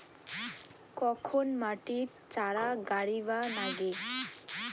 কখন মাটিত চারা গাড়িবা নাগে?